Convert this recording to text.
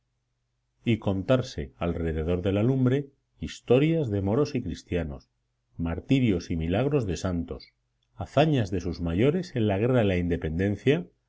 y contarse alrededor de la lumbre historias de moros y cristianos martirios y milagros de santos hazañas de sus mayores en la guerra de la independencia